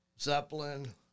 Zeppelin